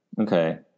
okay